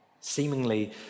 seemingly